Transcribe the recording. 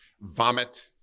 Vomit